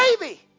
baby